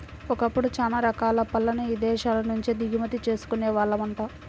ఒకప్పుడు చానా రకాల పళ్ళను ఇదేశాల నుంచే దిగుమతి చేసుకునే వాళ్ళమంట